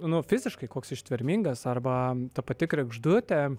nu fiziškai koks ištvermingas arba ta pati kregždutė